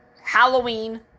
Halloween